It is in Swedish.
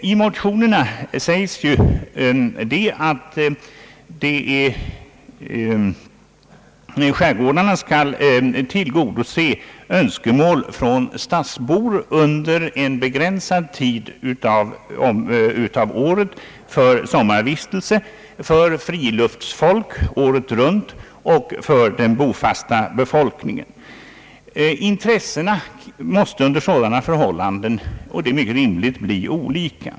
I motionerna anförs det att skärgårdarna skall tillgodose önskemål från stadsbor under en begränsad tid av året för sommarvistelse, för friluftsfolk året runt och för den bofasta befolkningen. Intressena måste under sådana förhållanden, och det är mycket rimligt, bli olika.